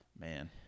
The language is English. Man